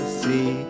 see